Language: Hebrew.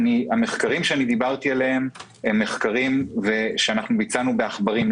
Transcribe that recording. את המחקרים שדיברתי עליהם ביצענו בעכברים.